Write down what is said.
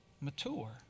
mature